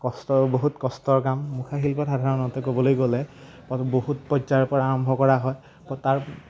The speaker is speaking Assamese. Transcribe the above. কষ্ট বহুত কষ্টৰ কাম মুখাশিল্পত সাধাৰণতে ক'বলৈ গ'লে বহুত পৰ্যায়ৰপৰা আৰম্ভ কৰা হয় তাৰ